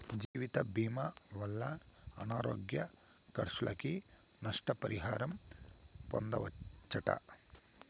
జీవితభీమా వల్ల అనారోగ్య కర్సులకి, నష్ట పరిహారం పొందచ్చట